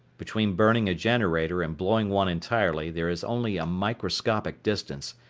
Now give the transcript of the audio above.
between burning a generator and blowing one entirely there is only a microscopic distance,